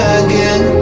again